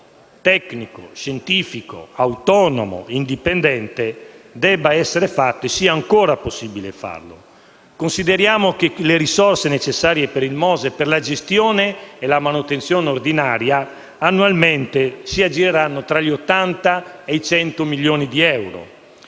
tecnico, scientifico, autonomo e indipendente debba essere fatto e sia ancora possibile fare. Consideriamo che le risorse necessarie per il MOSE, per la gestione e la manutenzione ordinaria annualmente si aggireranno tra gli 80 e i 100 milioni di euro.